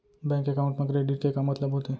Bank account मा credit के का मतलब होथे?